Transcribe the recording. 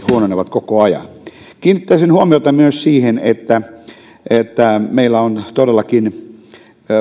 huononevat koko ajan kiinnittäisin huomiota myös siihen että että meillä on todellakin